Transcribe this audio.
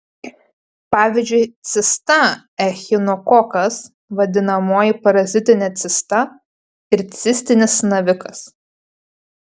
pavyzdžiui cista echinokokas vadinamoji parazitinė cista ir cistinis navikas